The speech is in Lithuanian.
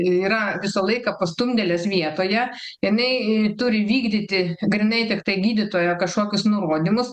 yra visą laiką pastumdėlės vietoje jinai turi vykdyti grynai tiktai gydytojo kažkokius nurodymus